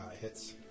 hits